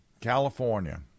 California